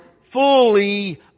fully